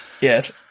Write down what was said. Yes